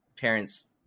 parents